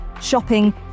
shopping